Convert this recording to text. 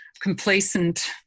complacent